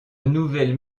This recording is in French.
nouvelles